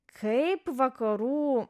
kaip vakarų